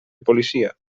policia